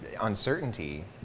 uncertainty